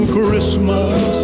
Christmas